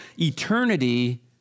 Eternity